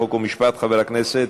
חוק ומשפט חבר הכנסת